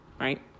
right